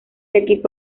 equipo